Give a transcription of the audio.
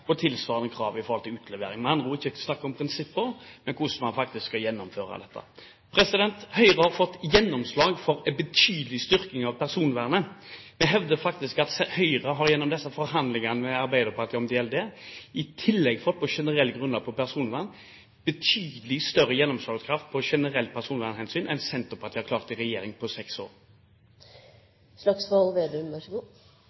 og tilsvarende krav i forhold til utlevering. Med andre ord: Det er ikke snakk om prinsipper, men hvordan man faktisk skal gjennomføre dette. Høyre har fått gjennomslag for en betydelig styrking av personvernet. Vi hevder faktisk at Høyre gjennom disse forhandlingene med Arbeiderpartiet om datalagringsdirektivet har fått betydelig større gjennomslagskraft på generelt personvernhensyn enn Senterpartiet har klart i regjering på seks år.